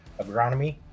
agronomy